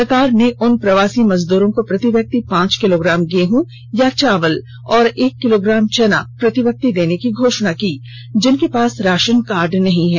सरकार ने उन प्रवासी मजदूरों को प्रति व्यक्ति पांच किलोग्राम गेंदू या चावल और एक किलोग्राम चना प्रति व्यक्ति देने की घोषणा की जिनके पास राशन कार्ड नहीं है